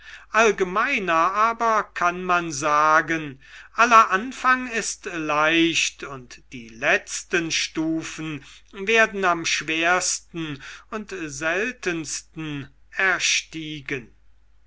allgemeiner aber kann man sagen aller anfang ist leicht und die letzten stufen werden am schwersten und seltensten erstiegen